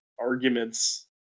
arguments